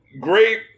great